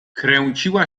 kręciła